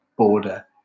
border